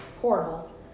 horrible